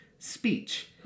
speech